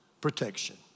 protection